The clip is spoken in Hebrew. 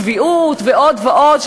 צביעות ועוד ועוד,